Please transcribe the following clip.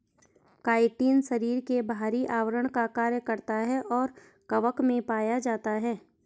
chitin शरीर के बाहरी आवरण का कार्य करता है और कवक में पाया जाता है